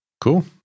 Cool